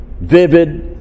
vivid